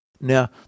Now